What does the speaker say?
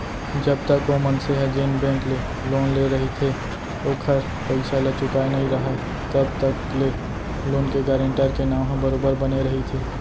जब तक ओ मनसे ह जेन बेंक ले लोन लेय रहिथे ओखर पइसा ल चुकाय नइ राहय तब तक ले लोन के गारेंटर के नांव ह बरोबर बने रहिथे